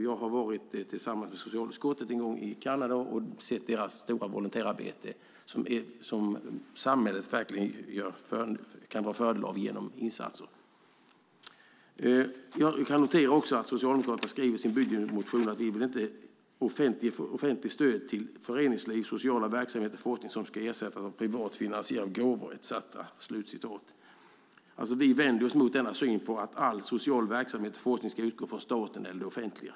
Jag har tillsammans med övriga socialutskottet varit i Kanada och tagit del av det stora volontärarbete som utförs där och som samhället drar fördel av. Jag noterar också att Socialdemokraterna skriver i sin budgetmotion att de inte vill att offentligt stöd till föreningsliv, sociala verksamheter och forskning ska ersättas av privat finansiering via gåvor. Vi vänder oss mot denna syn att all social verksamhet och forskning ska utgå från staten eller det offentliga.